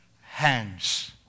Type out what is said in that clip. hands